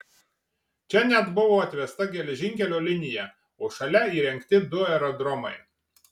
čia net buvo atvesta geležinkelio linija o šalia įrengti du aerodromai